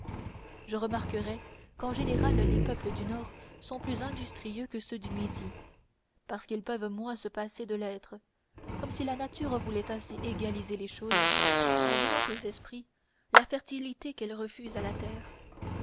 je remarquerais qu'en général les peuples du nord sont plus industrieux que ceux du midi parce qu'ils peuvent moins se passer de l'être comme si la nature voulait ainsi égaliser les choses en donnant aux esprits la fertilité qu'elle refuse à la terre